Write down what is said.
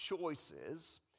choices